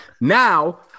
Now